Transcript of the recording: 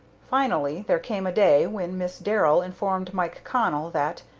finally there came a day when miss darrell informed mike connell that,